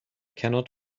cannot